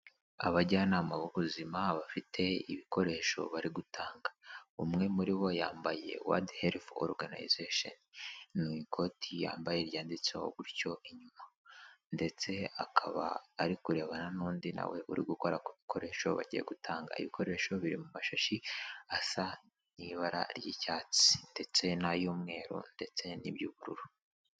Abajyanama b'ubuzima bafite ibikoresho bari gutanga. Umwe muri bo yambaye World Health Organisation mu ikoti yambaye ryanditseho gutyo inyuma. Ndetse akaba ari kurebana n'undi na we uri gukora ku bikoresho bagiye gutanga. Ibikoresho biri mu mashashi asa n'ibara ry'icyatsi ndetse n'ay'umweru ndetse n'iby'ubururu.